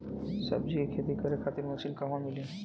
सब्जी के खेती करे खातिर मशीन कहवा मिली?